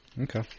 Okay